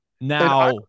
Now